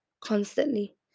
constantly